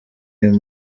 uyu